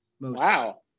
Wow